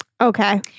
Okay